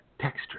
texture